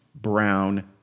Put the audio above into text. brown